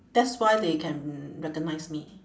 that's why they can recognise me